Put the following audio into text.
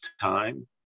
time